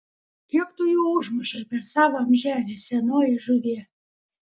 kiek tu jų užmušei per savo amželį senoji žuvie